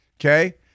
Okay